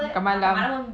makan malam